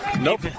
nope